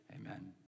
amen